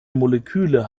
moleküle